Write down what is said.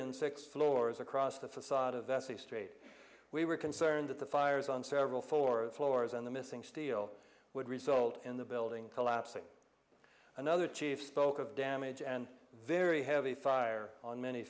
and six floors across the facade of vesey street we were concerned that the fires on several for the floors and the missing steel would result in the building collapsing another chief spoke of damage and very heavy fire on many